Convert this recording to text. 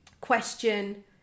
question